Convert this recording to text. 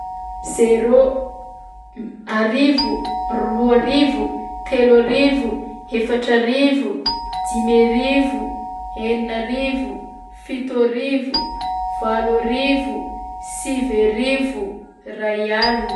Zéro, arivo, roa arivo, telo arivo, efatra arivo, dimy arivo, enina arivo, fito arivo, valo arivo, sivy arivo, ray alina.